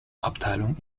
abteilung